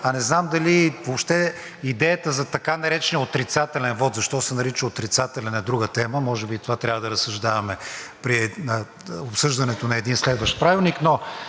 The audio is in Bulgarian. а не знам дали въобще идеята за така наречения отрицателен вот – защо се нарича отрицателен, е друга тема, може би и това трябва да разсъждаваме при обсъждането на един следващ правилник,